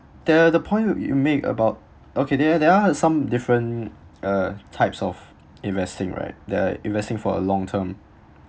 there the point you made about okay there there are some different uh types of investing right they're investing for a long term